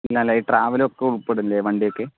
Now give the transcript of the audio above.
ഇല്ലാലെ travel ഒക്കെ ഉൾപ്പെടില്ലെ വണ്ടിയൊക്കെ